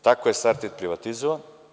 Tako je „Sartid“ privatizovan.